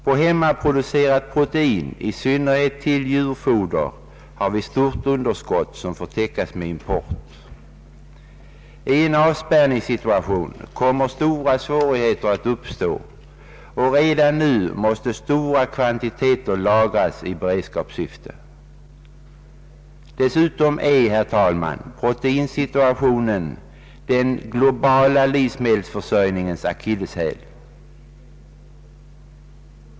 På hemmaproducerat protein, i synnerhet till djurfoder, har vi stort underskott som får täckas med import. I en avspärrningssituation kommer stora svårigheter att uppstå, och redan nu måste betydande kvantiteter lagras i beredskapssyfte. Dessutom är, herr talman, proteinsituationen den globala livsmedelsförsörjningens akilleshäl.